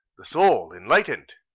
the sole enlightened,